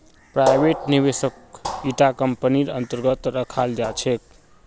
private निवेशकक इटा कम्पनीर अन्तर्गत रखाल जा छेक